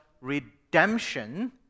redemption